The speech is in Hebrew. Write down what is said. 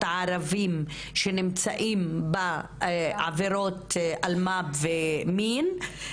ערביים שנמצאים בעבירות אלמ"ב ומין,